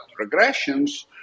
regressions